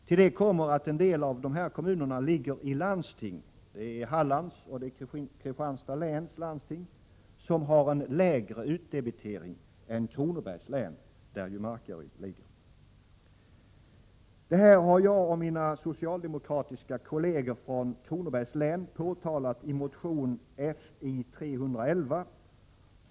Till detta kommer att en del av dessa kommuner ligger i landsting — Hallands läns och Kristianstads läns landsting — som har en lägre utdebitering än Kronobergs län, där Markaryds kommun ligger. Detta har jag och mina socialdemokratiska kolleger från Kronobergs län påtalat i motion Fi311.